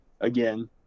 again